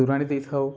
ତୋରାଣି ଦେଇଥାଉ